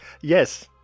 yes